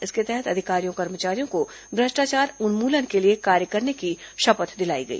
इसके तहत अधिकारियों कर्मचारियों को भ्रष्टाचार उन्मूलन के लिए कार्य करने की शपथ दिलाई गई